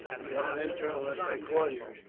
do not enter unless i call you.